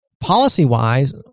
policy-wise